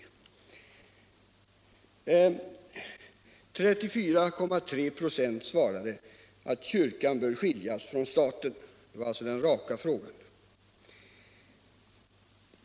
34,3 ?6 svarade att kyrkan bör skiljas från staten. Det var alltså den raka frågan.